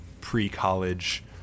pre-college